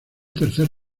tercer